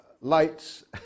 lights